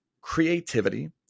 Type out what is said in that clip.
creativity